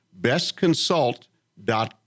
BestConsult.com